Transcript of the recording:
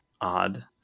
Odd